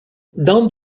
dans